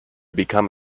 become